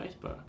Facebook